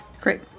Great